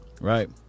right